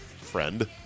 Friend